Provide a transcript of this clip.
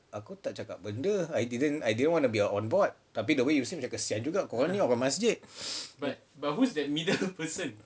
aku tak cakap benda I didn't I didn't want to be on board tapi the way you say macam kesian juga ini masjid